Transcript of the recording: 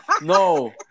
no